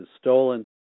stolen